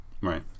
Right